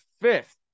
fifth